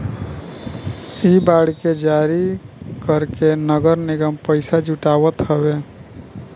इ बांड के जारी करके नगर निगम पईसा जुटावत हवे